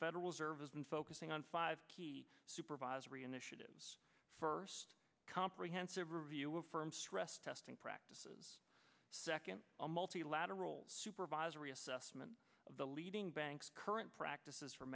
federal service and focusing on five key supervisory initiatives first comprehensive review of firms stress testing practices second a multilateral supervisory assessment of the leading banks current practices for